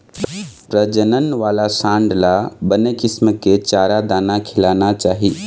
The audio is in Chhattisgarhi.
प्रजनन वाला सांड ल बने किसम के चारा, दाना खिलाना चाही